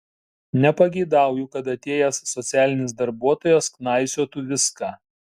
nepageidauju kad atėjęs socialinis darbuotojas knaisiotų viską